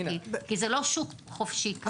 כי זה לא שוק חופשי כזה.